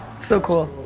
so cool.